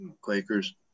Quakers